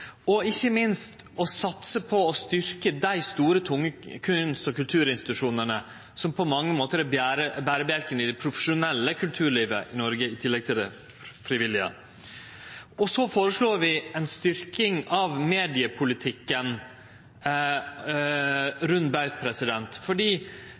og ikkje minst føreslår vi å styrkje dei store tunge kunst- og kulturinstitusjonane som på mange måtar er berebjelken i det profesjonelle kulturlivet i Noreg, i tillegg til det frivillige. Så føreslår vi ei styrking av mediepolitikken rund baut fordi